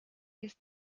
ist